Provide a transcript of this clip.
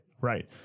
Right